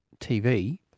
TV